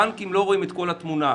בנקים לא רואים את כל התמונה.